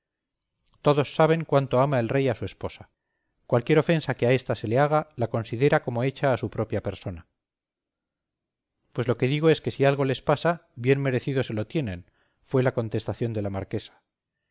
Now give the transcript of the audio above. todos saben cuánto ama el rey a su esposa cualquier ofensa que a ésta se le haga la considera como hecha a su propia persona pues lo que digo es que si algo les pasa bien merecido se lo tienen fue la contestación de la marquesa